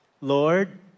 Lord